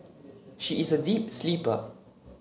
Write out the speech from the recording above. she is a deep sleeper